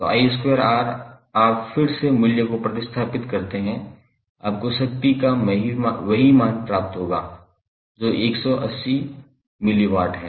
तो 𝑖2𝑅 आप फिर से मूल्य को प्रतिस्थापित करते हैं आपको शक्ति का वही मान प्राप्त होगा जो 180 मिलीवाट है